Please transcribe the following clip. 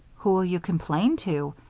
who'll you complain to?